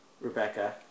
Rebecca